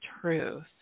truth